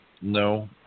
No